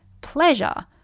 pleasure